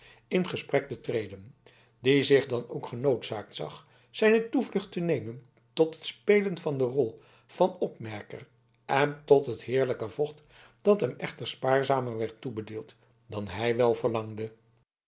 in gesprek te treden die zich dan ook genoodzaakt zag zijne toevlucht te nemen tot het spelen van de rol van opmerker en tot het heerlijke vocht dat hem echter spaarzamer werd toebedeeld dan hij wel verlangde